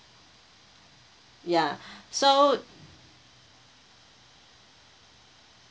ya so